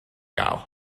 gael